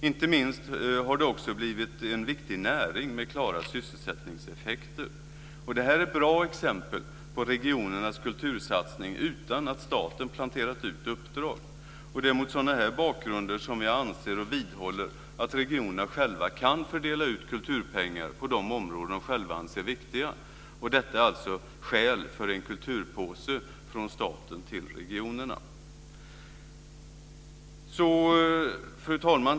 Inte minst har det också blivit en viktig näring med klara sysselsättningseffekter. Det här är bra exempel på regionernas kultursatsning utan att staten planterat ut uppdrag. Det är mot sådana här bakgrunder som jag anser och vidhåller att regionerna själva kan fördela ut kulturpengar på de områden de själva anser är viktiga. Detta är alltså skäl för en kulturpåse från staten till regionerna. Fru talman!